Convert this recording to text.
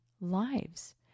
lives